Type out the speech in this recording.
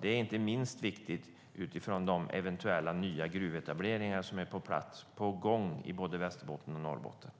Det är inte minst viktigt utifrån de eventuella nya gruvetableringar som är på gång i både Västerbotten och Norrbotten.